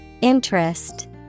Interest